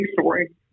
story